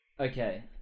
Okay